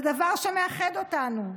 זה דבר שמאחד אותנו.